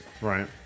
right